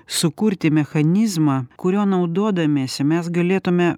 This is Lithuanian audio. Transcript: sukurti mechanizmą kuriuo naudodamiesi mes galėtume